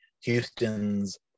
Houston's